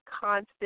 constant